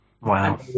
Wow